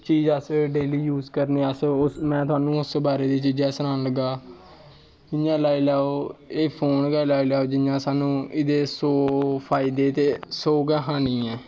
चीज़ अस daily use करने अस में थोआनू उस बारे दी चीज़ां सनान लगा इ'यां लाई लैओ एह् फोन गै लाई लैओ जियां सानूं एह्दे सौ फायदे ते सौ गै हानि ऐ